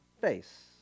face